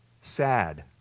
sad